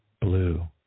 blue